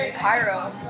Cairo